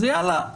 זה יאללה,